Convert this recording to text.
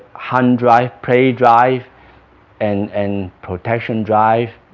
hunt drive, prey drive and and protection drive